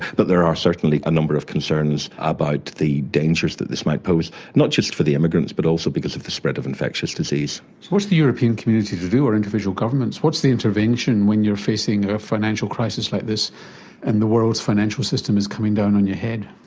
but there are certainly a number of concerns about the dangers that this might pose, not just for the immigrants but also because of the spread of infectious disease. so what's the european community to do or individual governments? what's the intervention when you're facing a financial crisis like this and the world's financial system is coming down on your head?